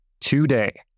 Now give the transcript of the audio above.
today